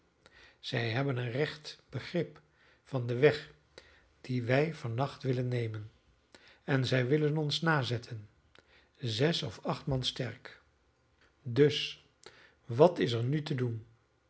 zij hebben een recht begrip van den weg dien wij van nacht willen nemen en zij willen ons nazetten zes of acht man sterk dus wat is er nu te doen